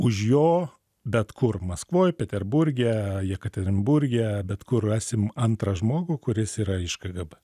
už jo bet kur maskvoj peterburge jekaterinburge bet kur rasim antrą žmogų kuris yra iš kgb